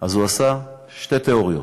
עשה שני מבחני תיאוריה.